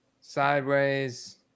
Sideways